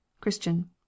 Christian